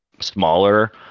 smaller